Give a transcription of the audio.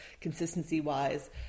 consistency-wise